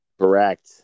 Correct